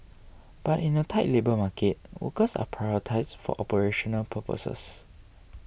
but in a tight labour market workers are prioritised for operational purposes